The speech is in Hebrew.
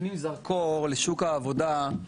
מפנים זרקור לשוק העבודה,